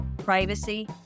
privacy